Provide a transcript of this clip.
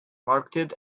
marketed